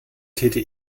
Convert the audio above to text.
täte